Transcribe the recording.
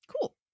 Cool